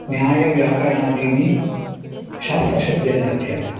न्यायव्याकरणादीनि शास्त्रशब्देन कथ्यन्ते